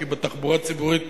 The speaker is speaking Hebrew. כי בתחבורה הציבורית